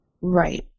Right